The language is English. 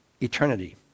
eternity